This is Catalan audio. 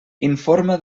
informa